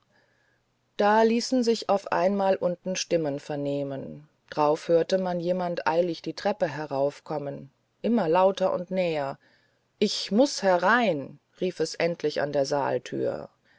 da ließen sich auf einmal unten stimmen vernehmen drauf hörte man jemand eilig die treppe heraufkommen immer lauter und näher ich muß herein rief es endlich an der saaltür